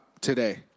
today